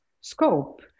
scope